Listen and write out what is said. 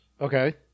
okay